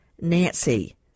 nancy